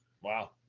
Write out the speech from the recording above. wow